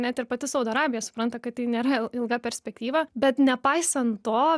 net ir pati saudo arabija supranta kad tai nėra ilga perspektyva bet nepaisant to